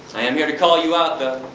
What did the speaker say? i'm here to call you out, though.